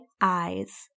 eyes